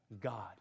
God